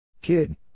Kid